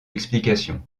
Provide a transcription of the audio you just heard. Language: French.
explication